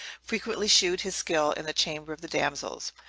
frequently shewed his skill in the chamber of the damsels,